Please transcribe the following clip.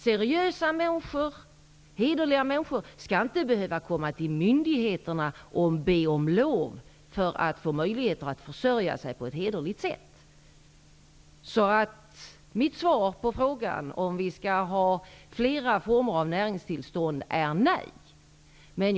Seriösa och hederliga människor skall inte behöva komma till myndigheterna och be om lov för att ges möjlighet att försörja sig på ett hederligt sätt. Mitt svar på frågan om vi skall ha flera former av näringstillstånd är därför nej.